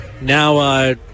now